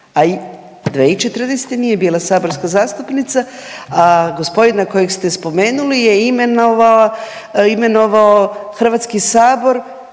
i 2014. nije bila saborska zastupnica, a gospodina kojeg ste spomenuli je imenovao HS koji